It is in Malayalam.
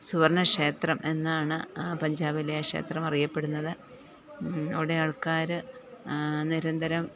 സുവർണ ക്ഷേത്രം എന്നാണ് ആ പഞ്ചാബിലെ ക്ഷേത്രമറിയപ്പെടുന്നത് അവിടെ ആൾക്കാര് നിരന്തരം